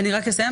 אני רק אסיים.